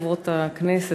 חברות הכנסת,